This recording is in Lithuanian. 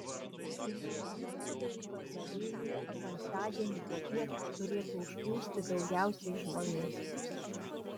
anot gėlių pardavėjų penktadienį popiet turėtų užplūsti daugiausiai žmonių